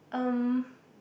um